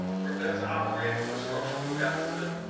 prevents operating with a structural deficit,